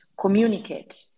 communicate